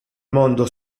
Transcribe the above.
mondo